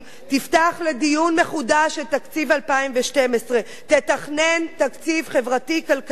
תפתח לדיון מחודש את תקציב 2012. תתכנן תקציב חברתי-כלכלי.